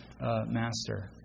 master